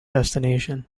destination